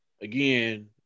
again